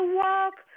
walk